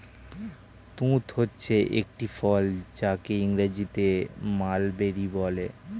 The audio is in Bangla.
তুঁত হচ্ছে একটি ফল যাকে ইংরেজিতে মালবেরি বলে